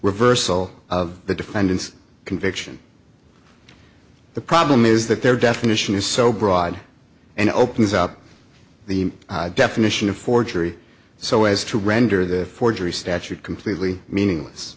reversal of the defendant's conviction the problem is that their definition is so broad and opens up the definition of forgery so as to render the forgery statute completely meaningless